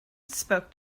spoke